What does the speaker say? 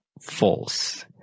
false